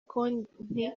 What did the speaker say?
konti